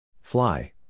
Fly